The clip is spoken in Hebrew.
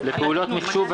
לפעולות מחשוב,